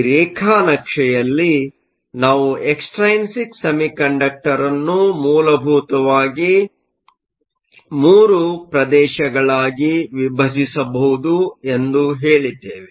ಈ ರೇಖಾನಕ್ಷೆಯಲ್ಲಿ ನಾವು ಎಕ್ಸ್ಟ್ರೈನಿಕ್ ಸೆಮಿಕಂಡಕ್ಟರ್ನ್ನು ಮೂಲಭೂತವಾಗಿ ಮೂರು ಪ್ರದೇಶಗಳಾಗಿ ವಿಭಜಿಸಬಹುದು ಎಂದು ಹೇಳಿದ್ದೇವೆ